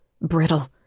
brittle